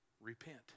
repent